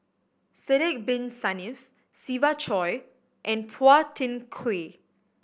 Sidek Bin Saniff Siva Choy and Phua Thin Kiay